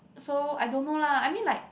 so I don't know lah I mean like